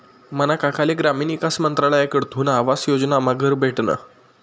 मना काकाले ग्रामीण ईकास मंत्रालयकडथून आवास योजनामा घर भेटनं